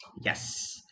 Yes